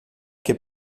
que